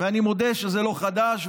אני מודה שזה לא חדש,